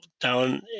down